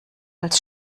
als